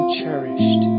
cherished